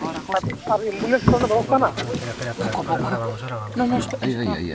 ᱟᱨ ᱟᱨ ᱮᱢᱵᱩᱞᱮᱱᱥ ᱠᱚᱨᱮᱱᱟᱜ ᱵᱮᱵᱚᱥᱛᱟ ᱢᱮᱱᱟᱜᱼᱟ